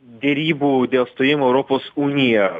derybų dėl stojimo į europos uniją